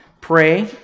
Pray